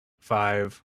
five